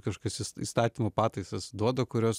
kažkas įstatymo pataisas duoda kurios